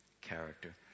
character